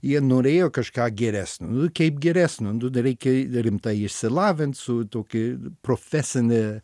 jie norėjo kažką geresnio kaip geresnio nu reikia rimtai išsilavint su tokia profesinė